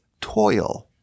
toil